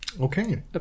Okay